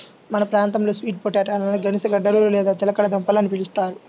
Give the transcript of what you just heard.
మన ప్రాంతంలో స్వీట్ పొటాటోలని గనిసగడ్డలు లేదా చిలకడ దుంపలు అని పిలుస్తారు